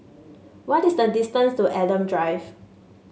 what is the distance to Adam Drive